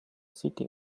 city